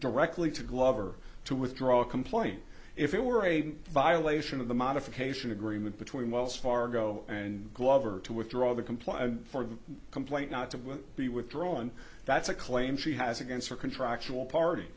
directly to glover to withdraw a complaint if it were a violation of the modification agreement between wells fargo and glover to withdraw the compliant for the complaint not to be withdrawn that's a claim she has against her contractual party